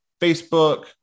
Facebook